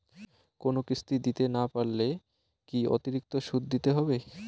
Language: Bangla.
কোনো কিস্তি দিতে না পারলে কি অতিরিক্ত সুদ দিতে হবে?